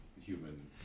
human